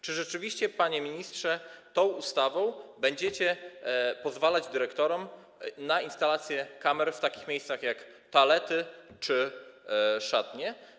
Czy rzeczywiście, panie ministrze, tą ustawą będziecie pozwalać dyrektorom na instalację kamer w takich miejscach jak toalety czy szatnie?